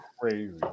crazy